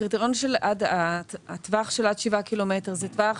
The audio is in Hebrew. הקריטריון של עד הטווח של השבעה קילומטר הוא טווח